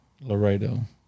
Laredo